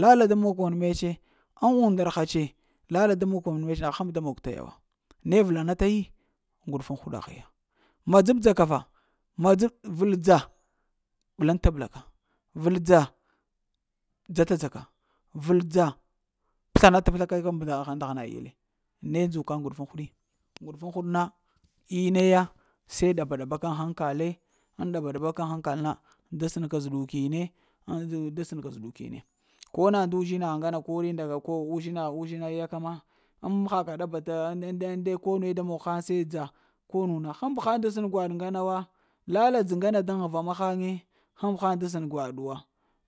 Lala daŋ makon metse, ŋ undar rha tse, lala daŋ makon mets na həm ba da mon ta ya wa, ne vəla na ta yi, ŋguɗufun huɗagh ya ma dzab-dza ka fa, ma dzab vəl dza ɓlaŋ-t-ɓla ka, rəl dza dza-t'dza ka vəl dza, p'sla na t'p'sla ka nda ghana ille, ne ndzuka ŋguɗufuŋ huɗi ŋguɗufuŋ huɗ na ina yua se ɗaba-ɗaba kan haŋkale ŋ ɗaba-ɗabakan haŋkal na, da sənka zəɗuki ne ŋ da sənka zəɗukini ko na ndu uzhinagh ŋgana, ko ri ndaga ko ko ndu zhinah uzhina yaka ma, ŋ haka ɗabata ŋ nde-ŋ nde ko ne da mog ghaŋ se dza ko nu na həm ba ghaŋ da sən gwaɗ ŋgana wa. Lala dze ŋgane daŋ həmba haŋ da sən gwaɗuwa